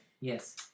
Yes